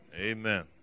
Amen